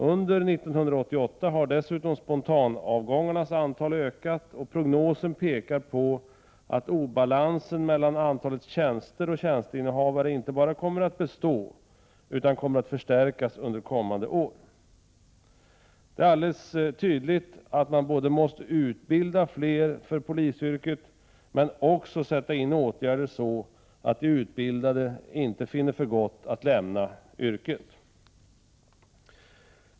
Under 1988 har dessutom spontanavgångarnas antal ökat, och prognosen pekar på att obalansen mellan antalet tjänster och tjänsteinnehavare inte bara kommer att bestå utan kommer att förstärkas under kommande år. Det är alldeles tydligt att man både måste utbilda fler för polisyrket och sätta in åtgärder så att de utbildade inte finner för gott att lämna yrket.